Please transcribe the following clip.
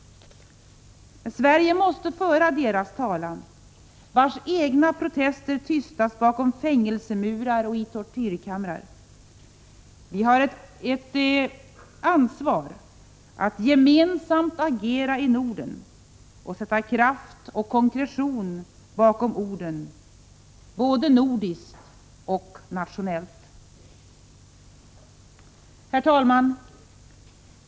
Sverige måste föra deras talan, vars egna protester tystas bakom fängelsemurar och i tortyrkamrar. Vi har ett ansvar att gemensamt agera i Norden och att sätta kraft och konkretion bakom orden, både nordiskt och nationellt. Herr talman!